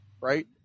Right